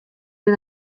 dès